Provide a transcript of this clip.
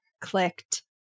clicked